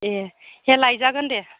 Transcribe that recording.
ए दे लायजागोन दे